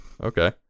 Okay